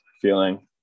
feeling